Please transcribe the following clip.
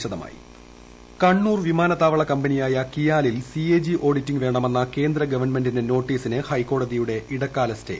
CAG auditing KIAL Kannur വിമാനത്താവള കമ്പനിയായ കിയാലിൽ സിഎജി ഓഡിറ്റിംഗ് വേണമെന്ന കേന്ദ്ര ഗവൺമെന്റിന്റെ നോട്ടീസിന് ഹൈക്കോടതിയുടെ ഇടക്കാല സ്റ്റേ